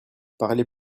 parlez